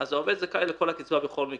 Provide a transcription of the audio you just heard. אז העובד זכאי לכל הקצבה בכל מקרה.